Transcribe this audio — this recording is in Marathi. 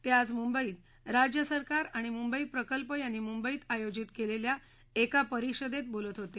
ते आज मुंबईत राज्य सरकार आणि मुंबई प्रकल्प यांनी मुंबईत आयोजित केलेल्या एका परिषदेत बोलत होते